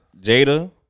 Jada